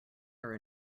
are